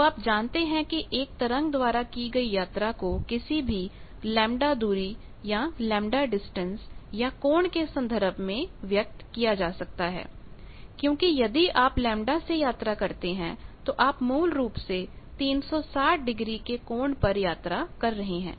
तो आप जानते हैं कि एक तरंग द्वारा की गई यात्रा को किसी भी लैम्बडा दूरी या कोण के संदर्भ में व्यक्त किया जा सकता है क्योंकि यदि आप लैम्ब्डा से यात्रा करते हैं तो आप मूल रूप से 360 डिग्री के कोण पर यात्रा कर रहे हैं